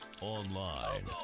online